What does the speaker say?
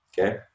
okay